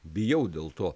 bijau dėl to